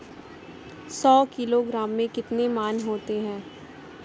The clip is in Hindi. सौ किलोग्राम में कितने मण होते हैं?